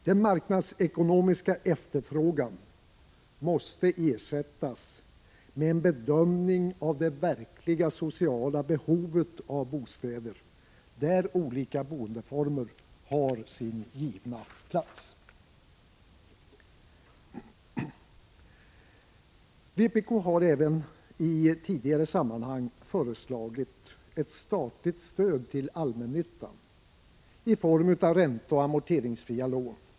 Den marknadsekonomiska efterfrågan måste ersättas med en bedömning av det verkliga sociala behovet av bostäder där olika boendeformer har sin givna plats. Vpk har även i tidigare sammanhang föreslagit ett statligt stöd till allmännyttan i form av ränteoch amorteringsfria lån.